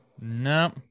No